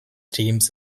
teams